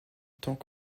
temps